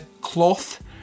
cloth